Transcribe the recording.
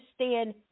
understand